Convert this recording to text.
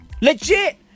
Legit